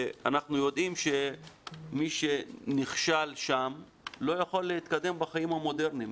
אנחנו יודעים שמי שנכשל שם לא יכול להתקדם בחיים המודרניים,